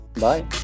Bye